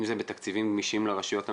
אם זה בתקציבים גמישים לרשויות המקומיות,